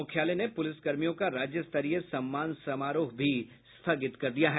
मुख्यालय ने पुलिसकर्मियों का राज्य स्तरीय सम्मान समारोह भी स्थगित कर दिया है